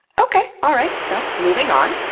okay, alright, so, moving on.